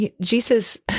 Jesus